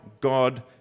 God